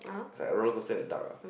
it's like a rollercoaster in the dark ah